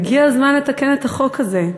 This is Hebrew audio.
הגיע הזמן לתקן את החוק הזה.